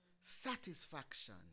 satisfaction